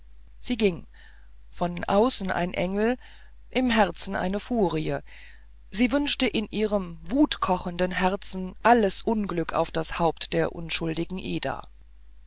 sie ging von außen ein engel im herzen eine furie sie wünschte in ihrem wutkochenden herzen alles unglück auf das haupt der unschuldigen ida